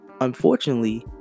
unfortunately